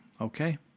Okay